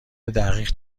دقیق